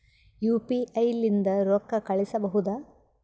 UPI ಲಿಂದ ರೊಕ್ಕ ಕಳಿಸಬಹುದಾ?